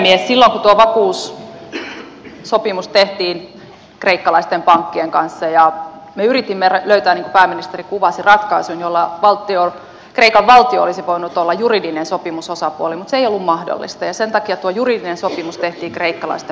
silloin kun tuo vakuussopimus tehtiin kreikkalaisten pankkien kanssa me yritimme löytää niin kuin pääministeri kuvasi ratkaisun jolla kreikan valtio olisi voinut olla juridinen sopimusosapuoli mutta se ei ollut mahdollista ja sen takia tuo juridinen sopimus tehtiin kreikkalaisten pankkien kanssa